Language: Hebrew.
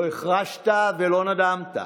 לא החרשת ולא נדמת.